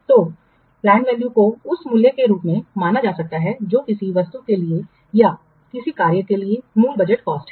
तो planned value को उस मूल्य के रूप में माना जा सकता है जो किसी वस्तु के लिए या किसी कार्य के लिए मूल बजट कॉस्ट है